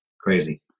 Crazy